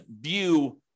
view